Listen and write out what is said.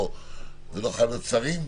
לא חייבים להיות שרים.